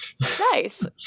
Nice